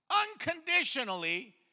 unconditionally